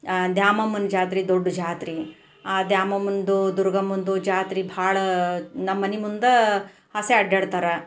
ದ್ಯಾಮಮ್ಮನ ಜಾತ್ರೆ ದೊಡ್ಡ ಜಾತ್ರೆ ಆ ದ್ಯಾಮಮ್ಮನ್ದು ದುರ್ಗಮ್ಮನದು ಜಾತ್ರೆ ಭಾಳ ನಮ್ಮನೆ ಮುಂದೆ ಹಸೆ ಅಡ್ಡಾಡ್ತಾರೆ